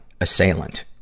assailant